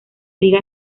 liga